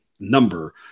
number